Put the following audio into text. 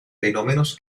fenómenos